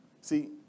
See